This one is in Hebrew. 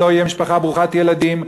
שלא תהיה משפחה ברוכת ילדים,